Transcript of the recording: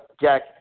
Jack